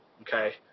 okay